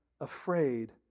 afraid